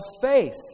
faith